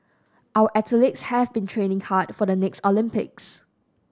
our athletes have been training hard for the next Olympics